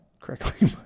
correctly